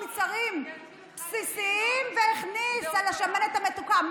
מוצרים בסיסיים והכניס את השמנת המתוקה,